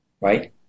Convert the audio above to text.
right